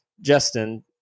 Justin